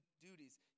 duties